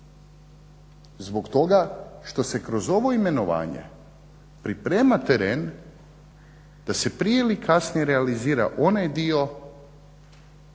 Zbog toga što se kroz ovo imenovanje priprema teren da se prije ili kasnije realizira onaj dio